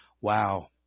Wow